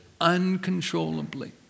uncontrollably